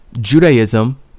Judaism